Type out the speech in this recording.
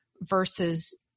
versus